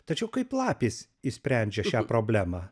tačiau kaip lapės išsprendžia šią problemą